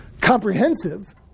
comprehensive